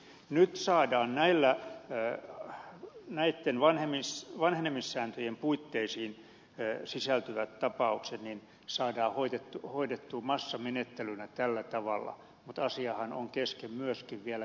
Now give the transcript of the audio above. nyt saadaan näitten vanhenemissääntöjen puitteisiin sisältyvät tapaukset hoidettua massamenettelynä tällä tavalla mutta asiahan on kesken myöskin vielä tuomioistuimissa